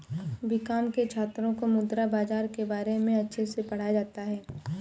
BCom के छात्रों को मुद्रा बाजार के बारे में अच्छे से पढ़ाया जाता है